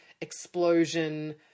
explosion